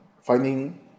finding